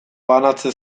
banatze